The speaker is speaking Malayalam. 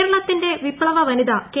കേരളത്തിന്റെ വിപ്തവ വനിത കെ